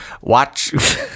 watch